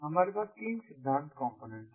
हमारे पास तीन सिद्धांत कॉम्पोनेंट हैं